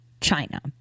China